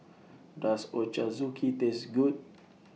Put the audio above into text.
Does Ochazuke Taste Good